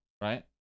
right